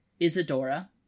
Isadora